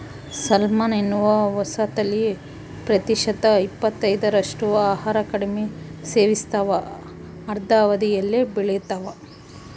salmon ಎನ್ನುವ ಹೊಸತಳಿ ಪ್ರತಿಶತ ಇಪ್ಪತ್ತೈದರಷ್ಟು ಆಹಾರ ಕಡಿಮೆ ಸೇವಿಸ್ತಾವ ಅರ್ಧ ಅವಧಿಯಲ್ಲೇ ಬೆಳಿತಾವ